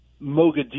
Mogadishu